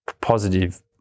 positive